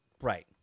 right